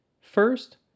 First